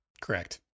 Correct